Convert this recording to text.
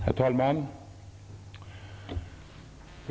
Herr talman!